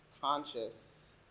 conscious